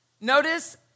notice